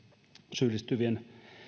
syyllistyvien